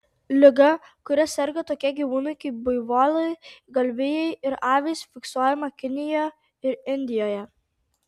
liga kuria serga tokie gyvūnai kaip buivolai galvijai ir avys fiksuojama kinijoje ir indijoje